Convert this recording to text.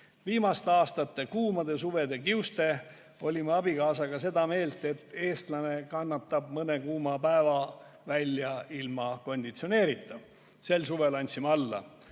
Viimaste aastate kuumade suvede kiuste olime abikaasaga seda meelt, et eestlane kannatab mõne kuuma päeva ilma konditsioneerita välja. Sel suvel andsime alla